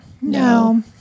No